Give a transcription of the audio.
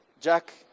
Jack